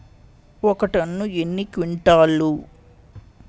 ఒక టన్ను ఎన్ని క్వింటాల్లు?